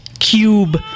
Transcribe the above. cube